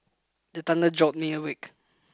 the thunder jolt me awake